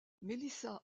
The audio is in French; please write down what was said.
melissa